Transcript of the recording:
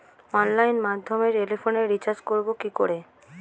অনলাইনের মাধ্যমে টেলিফোনে রিচার্জ করব কি করে?